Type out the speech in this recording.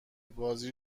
بازی